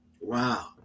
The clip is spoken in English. Wow